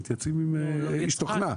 הם מתייעצים עם איש תוכנה.